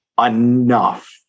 enough